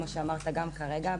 כמו שאתה אמרת גם כרגע,